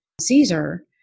Caesar